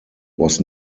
was